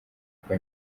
rwa